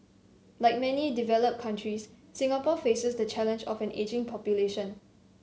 like many developed countries Singapore faces the challenge of an ageing population